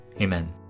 Amen